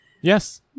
Yes